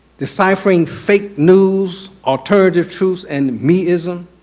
deciphering fake news, alternative truths, and me-ism,